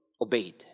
obeyed